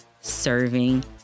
serving